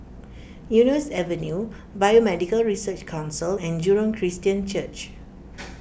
Eunos Avenue Biomedical Research Council and Jurong Christian Church